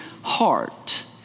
heart